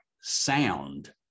sound